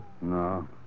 No